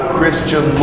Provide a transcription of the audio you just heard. Christian